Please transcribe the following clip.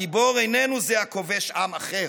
הגיבור איננו זה הכובש עם אחר,